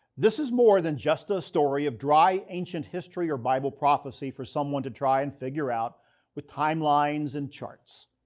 this is more than just a story of dry ancient history or bible prophecy for someone to try and figure out with timelines and charts.